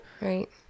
right